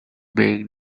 made